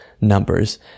numbers